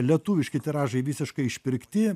lietuviški tiražai visiškai išpirkti